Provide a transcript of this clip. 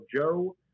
Joe